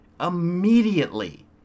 immediately